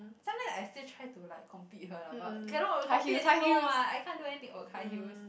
sometime I still try to like compete with her lah but cannot uh compete anymore what I can't do anything oh high heels